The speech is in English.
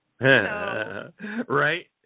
Right